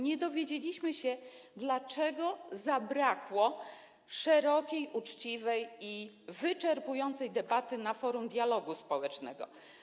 Nie dowiedzieliśmy się, dlaczego zabrakło szerokiej, uczciwej i wyczerpującej debaty na forum dialogu społecznego.